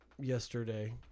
yesterday